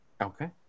Okay